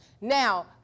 Now